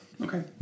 Okay